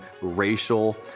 racial